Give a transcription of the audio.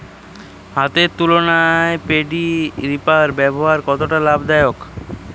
হাতের তুলনায় paddy reaper ব্যবহার কতটা লাভদায়ক?